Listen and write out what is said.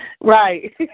Right